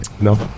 No